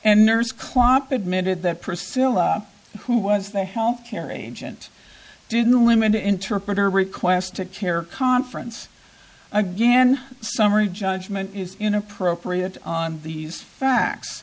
and nurse klopp admitted that priscilla who was the health care agent didn't limit the interpreter request to care conference again summary judgment is inappropriate on these facts